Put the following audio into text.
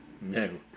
No